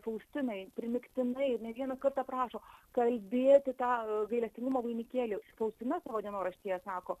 faustinai primygtinai ir ne vieną kartą prašo kalbėti tą gailestingumo vainikėlį faustina dienoraštyje sako